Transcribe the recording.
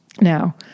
Now